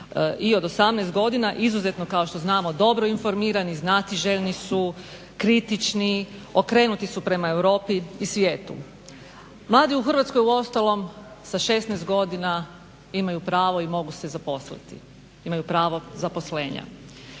i od 18 godina izuzetno kao što znamo dobro informirani, znatiželjni su, kritični, okrenuti su prema Europi i svijetu. Mladi u Hrvatskoj uostalom sa 16 godina imaju pravo i mogu se zaposliti, imaju pravo zaposlenja.